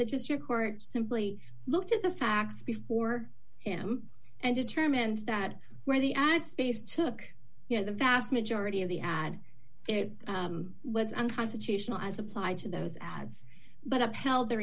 district court simply looked at the facts before him and determined that when the ad space took you know the vast majority of the ad it was unconstitutional as applied to those ads but upheld the